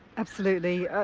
absolutely,